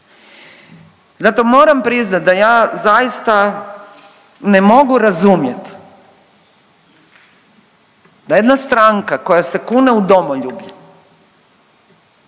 Zato moram priznat da ja zaista ne mogu razumjet da jedna stranka koja se kune u domoljublje